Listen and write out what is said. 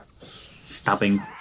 stabbing